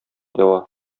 дәва